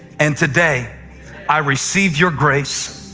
and today i receive your grace.